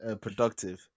Productive